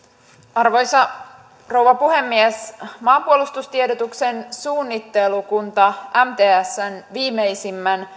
arvoisa rouva puhemies maanpuolustustiedotuksen suunnittelukunta mtsn viimeisimmän